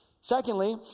Secondly